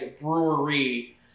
brewery